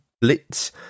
Blitz